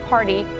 Party